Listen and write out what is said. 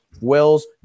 Wills